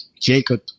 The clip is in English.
Jacob